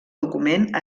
document